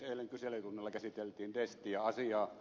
eilen kyselytunnilla käsiteltiin destia asiaa